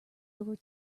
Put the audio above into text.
over